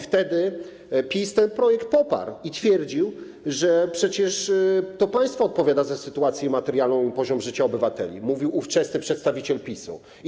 Wtedy PiS ten projekt poparł i twierdził, że przecież to państwo odpowiada za sytuację materialną i poziom życia obywateli, tak mówił ówczesny przedstawiciel PiS-u.